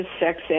sex